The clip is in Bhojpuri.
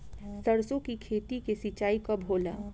सरसों की खेती के सिंचाई कब होला?